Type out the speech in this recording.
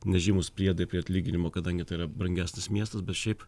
nežymūs priedai prie atlyginimo kadangi tai yra brangesnis miestas bet šiaip